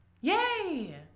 Yay